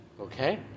Okay